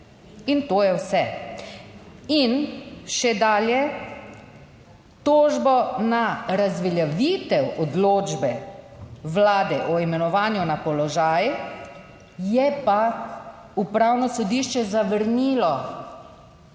In to je vse. In še dalje, tožbo na razveljavitev odločbe Vlade o imenovanju na položaj je pa Upravno sodišče zavrnilo.